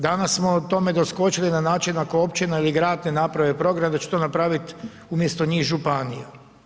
Danas smo tome doskočili na način ako općina i grad ne naprave program da će to napraviti umjesto njih županija.